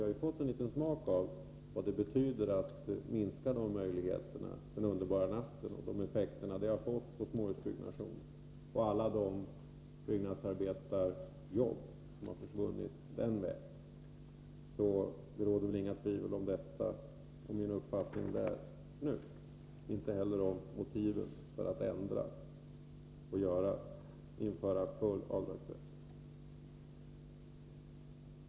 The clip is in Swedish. Vi har fått en liten försmak av vad det betyder när avdragsmöjligheterna minskar genom den underbara nattens effekter på småhusbyggnationen och alla de byggnadsarbetarjobb som har försvunnit den vägen. Det råder väl inga tvivel om min uppfattning på denna punkt — inte heller om motiven för att ändra reglerna och införa full avdragsrätt.